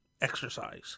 exercise